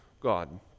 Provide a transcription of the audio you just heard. God